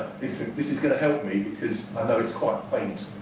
this ah this is going to help me because i know it is quite faint,